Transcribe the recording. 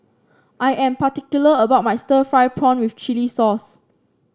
I am particular about my Stir Fried Prawn with Chili Sauce